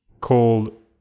called